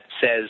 says